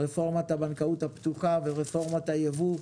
רפורמת הבנקאות הפתוחה ורפורמת היבוא,